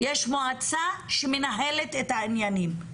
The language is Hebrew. יש מועצה שמנהלת את העניינים.